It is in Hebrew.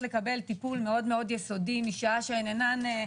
לקבל טיפול מאוד יסודי משעה שהן אינן,